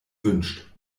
wünscht